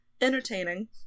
Entertaining